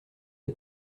des